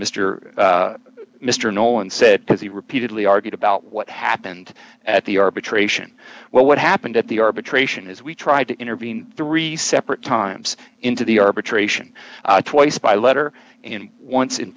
nolan said because he repeatedly argued about what happened at the arbitration well what happened at the arbitration is we tried to intervene three separate times into the arbitration twice by letter and once in